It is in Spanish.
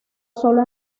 solo